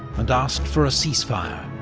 and asked for a ceasefire.